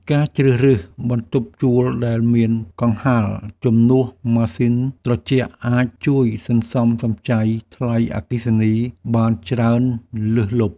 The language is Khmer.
ការជ្រើសរើសបន្ទប់ជួលដែលមានកង្ហារជំនួសឱ្យម៉ាស៊ីនត្រជាក់អាចជួយសន្សំសំចៃថ្លៃអគ្គិសនីបានច្រើនលើសលប់។